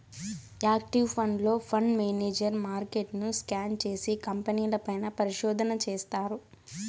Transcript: active ఫండ్లో, fund manager మార్కెట్ను scan చేసి, కంపెనీల పైన పరిశోధన చేస్తారు